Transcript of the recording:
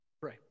Pray